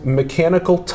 mechanical